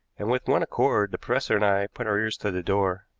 and with one accord the professor and i put our ears to the door.